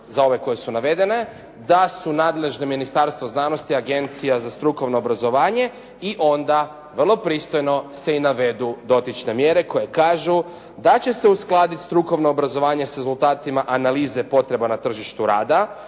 za ove koji su navedene, da su nadležna Ministarstva znanosti Agencija za strukovno obrazovanje i onda vrlo pristojno se i navedu dotične mjere koje kažu da će se uskladiti strukovno obrazovanje s rezultatima analize potreba na tržištu rada